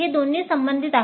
हे दोन्ही संबंधित आहेत